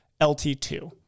LT2